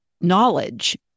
knowledge